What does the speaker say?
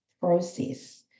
process